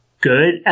good